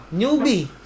newbie